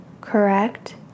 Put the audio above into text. Correct